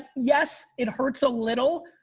yes it hurts a little,